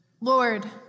Lord